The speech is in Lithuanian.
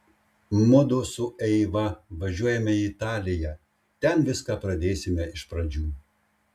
mudu su eiva važiuojame į italiją ten viską pradėsime iš pradžių